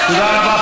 תודה רבה,